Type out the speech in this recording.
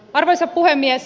arvoisa puhemies